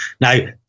Now